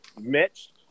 Mitch